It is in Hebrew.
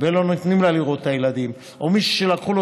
ולא נותנים לה לראות את הילדים או מישהו שלקחו לו